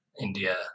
India